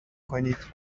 کنید